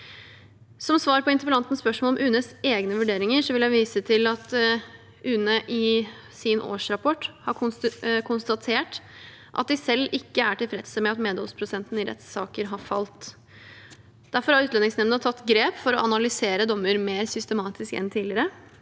Som svar på interpellantens spørsmål om UNEs egne vurderinger vil jeg vise til at UNE i sin årsrapport har konstatert at de selv ikke er tilfreds med at medholdsprosenten i rettssaker har falt. Derfor har Utlendingsnemnda tatt grep for å analysere dommer mer systematisk enn tidligere,